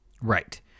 Right